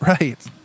right